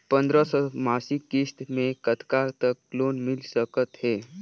पंद्रह सौ मासिक किस्त मे कतका तक लोन मिल सकत हे?